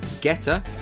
Getter